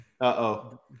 Uh-oh